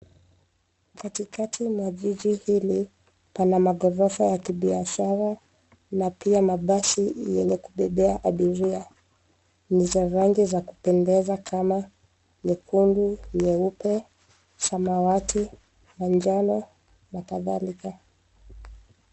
Katikati mwa jiji hili pana maghorofa ya kibiashara na pia mabasi yenye kubebea abiria. Ni za rangi za kupendeza kama nyekundu, nyeupe, samawati, manjano na kadhalika.